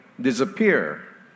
disappear